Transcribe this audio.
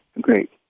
Great